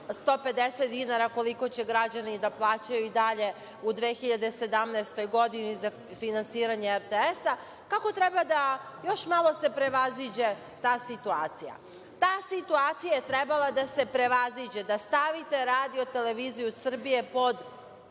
150 dinara, koliko će građani da plaćaju i dalje u 2017. godini za finansiranje RTS, kako treba da još malo se prevaziđe ta situacija. Ta situacija je trebala da se prevaziđe da stavite RTS pod